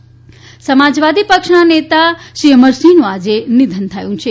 અમરસિંહ્ સમાજવાદી પક્ષના નેતા અમરસિંહનું આજે નિધન થયું છે